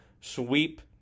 sweep